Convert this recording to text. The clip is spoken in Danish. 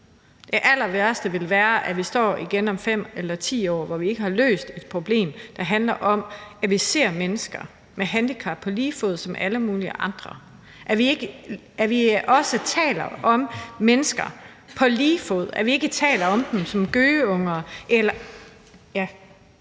Det allerværste ville være, at vi står her igen om 5 eller 10 år og ikke har løst et problem, der handler om, at vi skal se mennesker med handicap på lige fod med alle mulige andre; at vi også taler om mennesker på lige fod; at vi ikke taler om dem som gøgeunger. Tak, hr.